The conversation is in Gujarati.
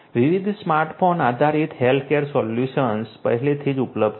વિવિધ સ્માર્ટફોન આધારિત હેલ્થકેર સોલ્યુશન્સ પહેલેથી જ ઉપલબ્ધ છે